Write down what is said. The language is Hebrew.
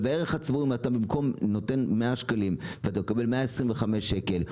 אם בערך הצבור במקום 100 שקלים אתה מקבל 125 שקלים,